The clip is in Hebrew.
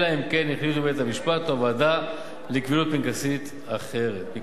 אלא אם כן החליטו בית-המשפט או הוועדה לקבילות פנקסים אחרת.